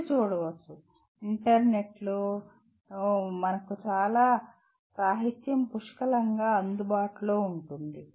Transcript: మీరు చూడవచ్చు ఇంటర్నెట్లో ఇంటర్నెట్లో సాహిత్యం పుష్కలంగా అందుబాటులో ఉంది